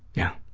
yeah,